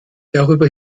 darüber